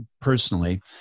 personally